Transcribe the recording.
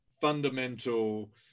fundamental